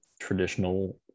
traditional